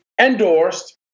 endorsed